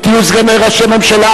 תהיו סגני ראשי ממשלה,